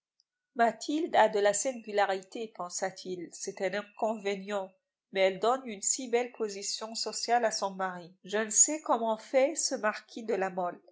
mathilde a de la singularité pensa-t-il c'est un inconvénient mais elle donne une si belle position sociale à son mari je ne sais comment fait ce marquis de la mole